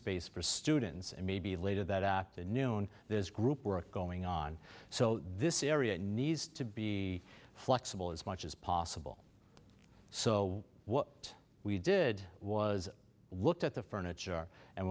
space for students and maybe later that afternoon there's group work going on so this area needs to be flexible as much as possible so what we did was it looked at the furniture and